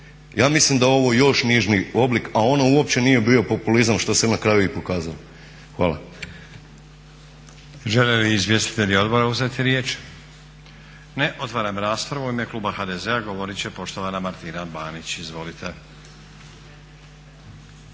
Ja mislim da je ovo još niži oblik a ono uopće nije bio populizam što se na kraju i pokazalo. Hvala.